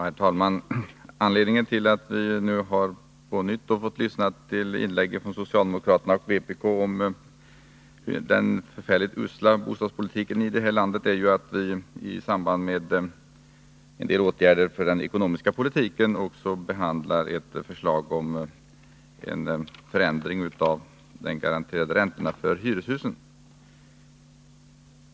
Herr talman! Anledningen till att vi nu på nytt har fått lyssna till inlägg från socialdemokraterna och vpk om den förfärligt usla bostadspolitiken i det här landet är att vi i samband med en del åtgärder inom den ekonomiska politiken också behandlar ett förslag om en förändring av den garanterade räntan för hyreshus.